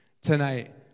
tonight